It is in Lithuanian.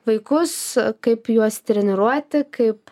vaikus kaip juos treniruoti kaip